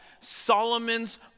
Solomon's